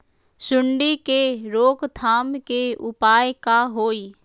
सूंडी के रोक थाम के उपाय का होई?